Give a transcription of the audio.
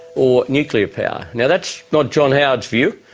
or nuclear power. now, that's not john howard's view,